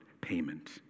payment